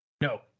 No